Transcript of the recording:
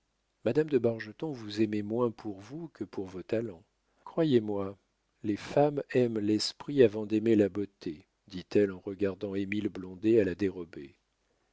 madame de bargeton vous aimait moins pour vous que pour vos talents croyez-moi les femmes aiment l'esprit avant d'aimer la beauté dit-elle en regardant émile blondet à la dérobée